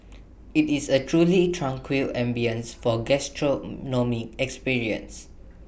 IT is A truly tranquil ambience for gastronomic experience